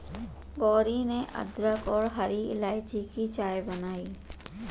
गौरी ने अदरक और हरी इलायची की चाय बनाई